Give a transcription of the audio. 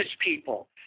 people